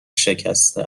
شکسته